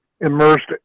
immersed